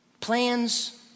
Plans